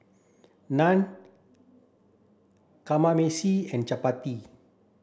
Naan Kamameshi and Chapati